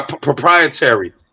proprietary